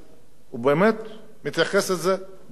הוא באמת התייחס לזה באחריות.